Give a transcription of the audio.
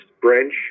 branch